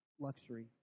luxury